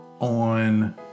on